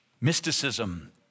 Mysticism